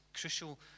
crucial